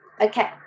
Okay